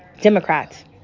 Democrats